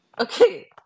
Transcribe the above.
Okay